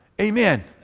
Amen